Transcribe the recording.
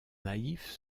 naïfs